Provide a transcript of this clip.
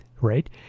right